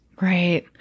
Right